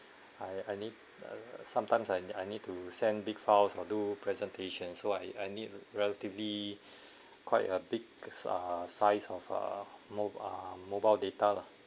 I I need sometimes like I I need to send big files or do presentations so I I need relatively quite a big ah size of a mobile mobile data lah